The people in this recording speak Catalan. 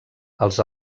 els